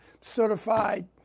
certified